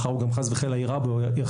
מחר הוא גם חס וחלילה יירה במישהו.